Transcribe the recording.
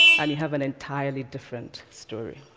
and you have an entirely different story.